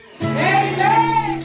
Amen